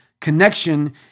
connection